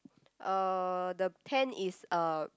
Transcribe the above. uh the hand is uh